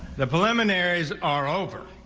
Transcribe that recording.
the preliminaries are over.